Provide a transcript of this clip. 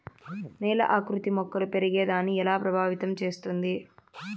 నేల ఆకృతి మొక్కలు పెరిగేదాన్ని ఎలా ప్రభావితం చేస్తుంది?